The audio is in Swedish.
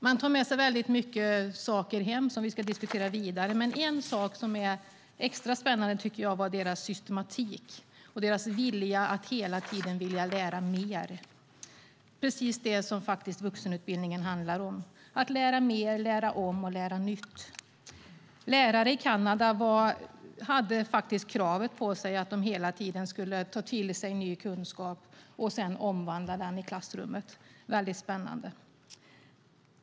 Man tar med sig väldigt mycket saker hem som vi ska diskutera vidare, men en sak jag tycker är extra spännande är deras systematik och deras vilja att hela tiden lära mer. Det är faktiskt precis det vuxenutbildningen handlar om - att lära mer, lära om och lära nytt. Lärare i Kanada har faktiskt kravet på sig att de hela tiden ska ta till sig ny kunskap och sedan omvandla den i klassrummet. Det är väldigt spännande.